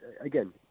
again